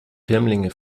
firmlinge